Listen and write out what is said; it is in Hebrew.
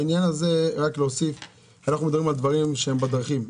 בעניין הזה רק להוסיף כי אנחנו מדברים על דברים שהם בדרכים.